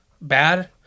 bad